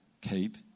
Keep